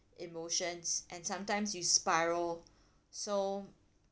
emotions and sometimes you spiral so